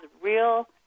real